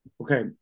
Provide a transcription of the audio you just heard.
Okay